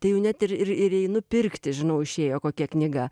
tai jų net ir ir ir einu pirkti žinau išėjo kokia knyga